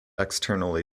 externally